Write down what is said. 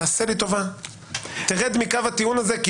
תעשה לי טובה ותרד מקו הטיעון הזה,